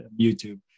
YouTube